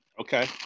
okay